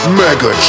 mega